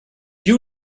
you